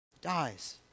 dies